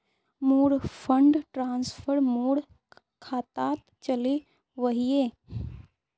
मोर fund transfer मोर खातात चले वहिये